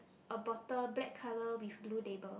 a bottle black colour with blue label